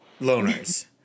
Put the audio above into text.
Loners